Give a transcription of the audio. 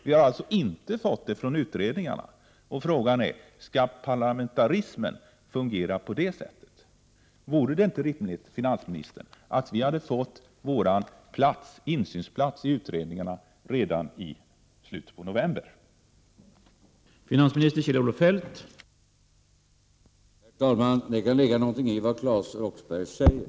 Vi har alltså inte fått den från utredningarna. Frågan är: Skall parlamentarismen fungera på det sättet? Vore det inte rimligt att vi hade fått vår insynsplats redan i slutet på november, finansministern?